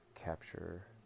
capture